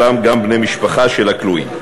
ובכללם גם בני-משפחה של הכלואים.